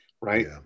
right